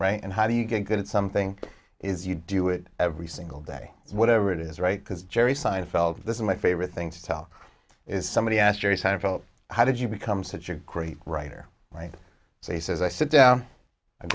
something and how do you get good at something is you do it every single day whatever it is right because jerry seinfeld this is my favorite thing to tell is somebody asked jerry seinfeld how did you become such a great writer right so he says i sit down and